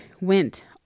went